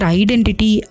identity